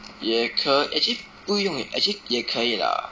也可 actually 不用 actually 也可以 lah